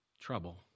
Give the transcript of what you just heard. trouble